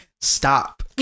Stop